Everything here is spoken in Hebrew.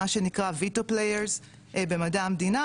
מה שנקרא ויטו פליירס במדע המדינה,